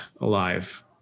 alive